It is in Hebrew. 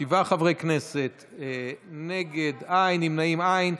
שבעה חברי כנסת, נגד, אין, נמנעים, אין.